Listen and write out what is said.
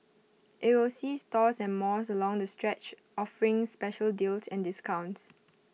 IT will see stores and malls along the stretch offering special deals and discounts